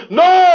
no